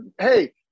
Hey